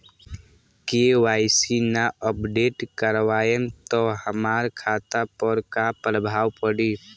KYC ना update करवाएम त हमार खाता पर का प्रभाव पड़ी?